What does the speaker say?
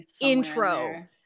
intro